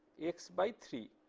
x by three